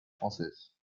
française